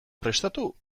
prestatu